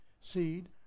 seed